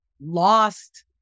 lost